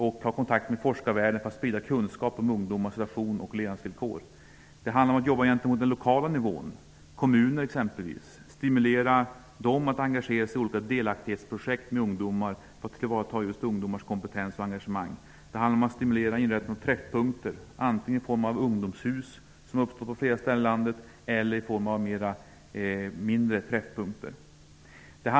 Vi tar kontakt med forskarvärlden för att sprida kunskap om ungdomars relationer och levnadsvillkor. Det handlar också om arbete på den lokala nivån, exempelvis om att stimulera kommuner att engagera sig i olika delaktighetsprojekt för ungdomar för att tillvarata ungdomars kompetens och engagemang. Vi stimulerar också inrättandet av träffpunkter, antingen i form av Ungdomens hus, som har tillkommit på flera ställen i landet, eller i form av mindre träffpunkter.